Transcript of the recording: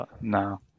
No